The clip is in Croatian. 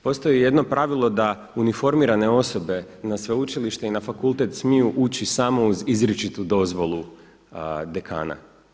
Postoji jedno pravilo da uniformirane osobe na sveučilište i na fakultet smiju ući samo uz izričitu dozvolu dekana.